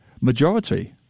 majority